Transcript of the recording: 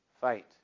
fight